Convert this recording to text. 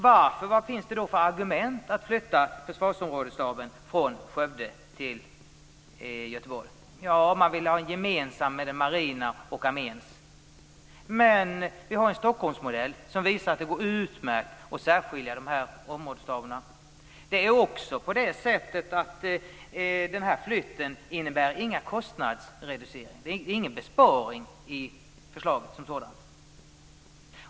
Vilka argument finns det då för en flyttning av Arméns försvarsområdesstab från Skövde till Göteborg? Jo, man vill ha det marina och armén gemensamt. Men vi har ju en Stockholmsmodell som visar att det går utmärkt att särskilja områdesstaberna. Vidare innebär den här flytten ingen kostnadsreducering. Det ligger ingen besparing i förslaget som sådant.